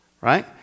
Right